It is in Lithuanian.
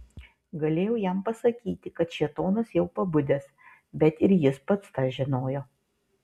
galėjau jam pasakyti kad šėtonas jau pabudęs bet ir jis pats tą žinojo